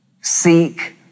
Seek